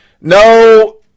No